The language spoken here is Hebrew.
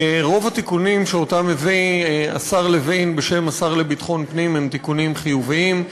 רוב התיקונים שהביא השר לוין בשם השר לביטחון פנים הם תיקונים חיוביים.